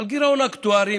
גירעון אקטוארי,